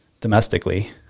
domestically